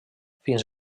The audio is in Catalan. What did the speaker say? fins